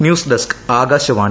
news desk Akashvani